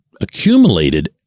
accumulated